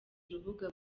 urubuga